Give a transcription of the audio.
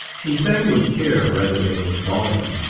he sang with care rather than with volume,